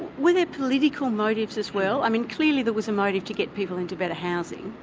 were there political motives as well. i mean clearly there was a motive to get people into better housing.